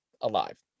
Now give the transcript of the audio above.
alive